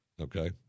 okay